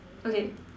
okay